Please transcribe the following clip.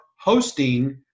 hosting